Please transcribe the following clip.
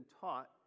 taught